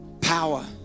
power